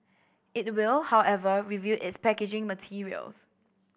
it will however review its packaging materials